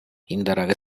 இந்த